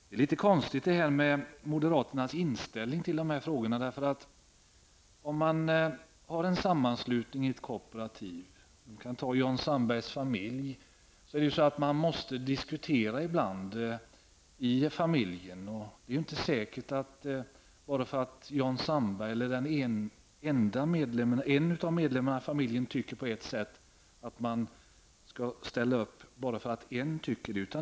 Det är litet konstigt med moderaternas inställning till frågorna. Om man har en sammanslutning i ett kooperativ -- t.ex. Jan Sandbergs familj -- måste man ibland diskutera. Det är inte säkert att bara för att Jan Sandberg eller en enda medlem tycker på ett sätt, ställer de andra upp på det.